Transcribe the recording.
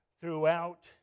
throughout